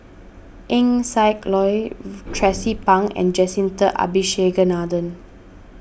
Eng Siak Loy Tracie Pang and Jacintha Abisheganaden